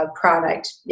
product